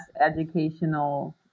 educational